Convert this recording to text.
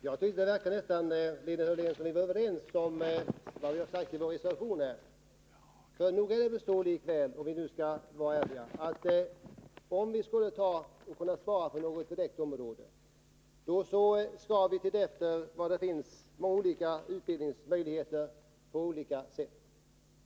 Herr talman! Det lät som om vi var överens, Linnea Hörlén, om det som vi har anfört i vår reservation. Om vi skall kunna spara måste vi se efter om det finns samma typ av utbildning på olika ställen. Där kan vi spara, om vi skall vara ärliga.